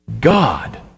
God